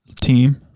team